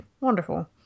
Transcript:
Wonderful